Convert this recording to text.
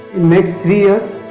next three years,